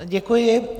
Děkuji.